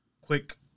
quick